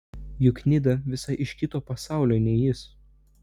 juk nida visai iš kito pasaulio nei jis